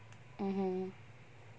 mmhmm